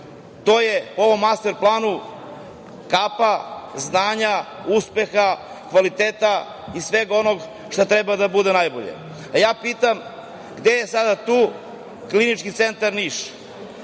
To je po ovom master planu kapa znanja, uspeha, kvaliteta i svega onog što treba da bude najbolje. Pitam - gde je sada tu Klinički centar Niš?